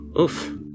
oof